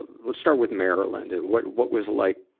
let's start with maryland. what, what was like,